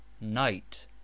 night